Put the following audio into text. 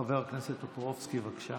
חבר הכנסת טופורובסקי, בבקשה.